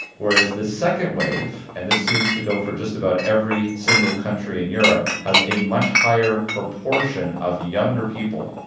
whereas the second wave and this seems to go for just about every single country in europe has a much higher proportion of younger people,